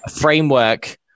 framework